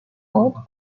vot